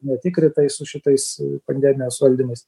ne tik rytai su šitais pandemijos valdymais